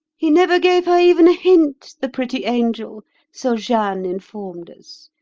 he never gave her even a hint, the pretty angel so jeanne informed us.